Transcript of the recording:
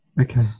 Okay